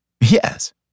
Yes